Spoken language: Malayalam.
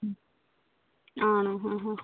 മ് ആണോ ആ ആ